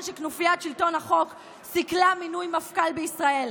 שכנופיית שלטון החוק סיכלה מינוי מפכ"ל בישראל,